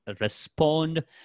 respond